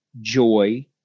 joy